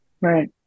Right